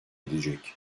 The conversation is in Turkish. edecek